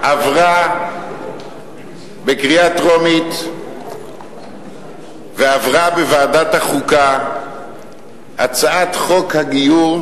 לפני כמה חודשים עברה בקריאה טרומית ועברה בוועדת החוקה הצעת חוק הגיור,